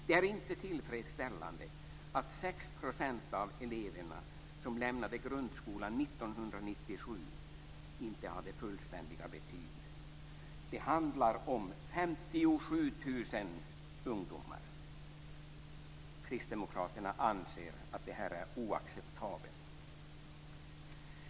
Det är inte tillfredsställande att 6 % av eleverna som lämnade grundskolan 1997 inte hade fullständiga betyg. Det handlar om 57 000 ungdomar. Kristdemokraterna anser att detta är oacceptabelt.